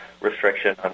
restriction